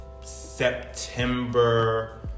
September